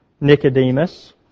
Nicodemus